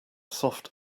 soft